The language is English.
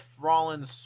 Rollins